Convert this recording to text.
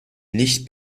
nicht